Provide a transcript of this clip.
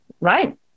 right